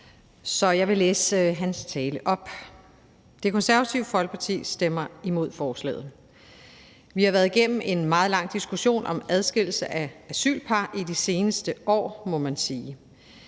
Så jeg vil læse hans tale op: Det Konservative Folkeparti stemmer imod forslaget. Vi har været igennem en meget lang diskussion om adskillelse af asylpar i de seneste år, må man sige.